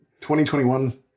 2021